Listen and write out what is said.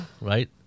Right